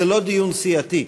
זה לא דיון סיעתי,